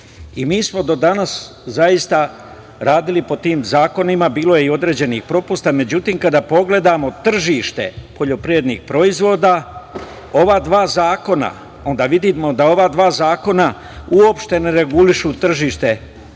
Mi smo do danas zaista radili po tim zakonima, bilo je i određenih propusta, međutim, kada pogledamo tržište poljoprivrednih proizvoda, onda vidimo da ova dva zakona uopšte ne regulišu tržište poljoprivrednih proizvoda.